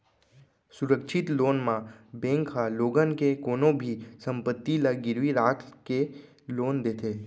सुरक्छित लोन म बेंक ह लोगन के कोनो भी संपत्ति ल गिरवी राख के लोन देथे